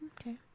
Okay